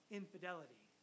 infidelity